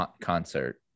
concert